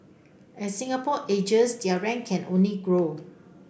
as Singapore ages their rank can only grow